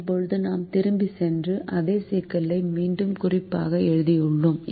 இப்போது நாம் திரும்பிச் சென்று அதே சிக்கலை மீண்டும் குறிப்புக்காக எழுதியுள்ளோம்